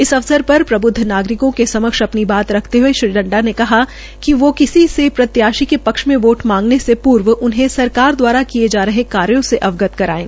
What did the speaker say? इस अवसर पर प्रबृदव नागरिकों के समक्ष अपनी बात रखते हये श्री नड़डा ने कहा कि वो किसी से प्रत्याशी के पक्ष में वोट मांगने के पूर्व उन्हें सरकार दवारा किये गये कार्यो से अवगत कराये